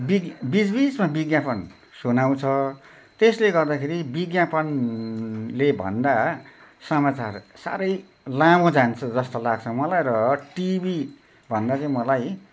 बि क बिचबिचमा विज्ञापन सुनाउँछ त्यसले गर्दाखेरि विज्ञापन ले भन्दा समाचार साह्रै लामो जान्छ जस्तो लाग्छ मलाई र टिभीभन्दा चाहिँ मलाई